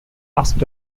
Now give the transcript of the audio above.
asked